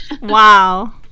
Wow